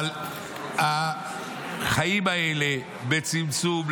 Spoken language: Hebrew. אבל החיים האלה בצמצום,